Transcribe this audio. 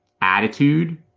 attitude